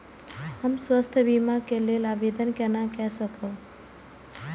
हम स्वास्थ्य बीमा के लेल आवेदन केना कै सकब?